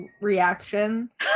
reactions